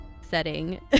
setting